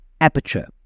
aperture